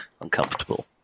uncomfortable